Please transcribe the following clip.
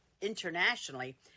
internationally